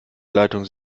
leitung